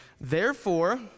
Therefore